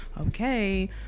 okay